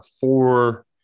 four